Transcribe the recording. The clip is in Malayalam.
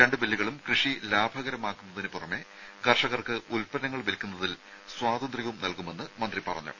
രണ്ട് ബില്ലുകളും കൃഷി ലാഭകരമാക്കുന്നതിനു പുറമെ കർഷകർക്ക് ഉൽപ്പന്നങ്ങൾ വിൽക്കുന്നതിൽ സ്വാതന്ത്ര്യവും നൽകുമെന്ന് മന്ത്രി പറഞ്ഞു